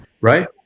Right